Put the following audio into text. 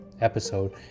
episode